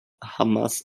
hamas